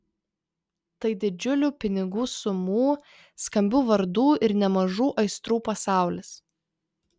tai didžiulių pinigų sumų skambių vardų ir nemažų aistrų pasaulis